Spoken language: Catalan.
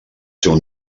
seu